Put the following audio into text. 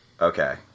Okay